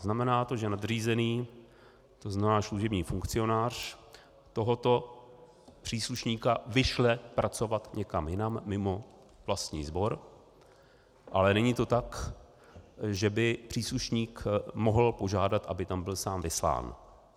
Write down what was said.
Znamená to, že nadřízený, to znamená služební funkcionář, tohoto příslušníka vyšle pracovat někam jinam mimo vlastní sbor, ale není to tak, že by příslušník mohl požádat, aby tam byl sám vyslán.